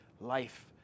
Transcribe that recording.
life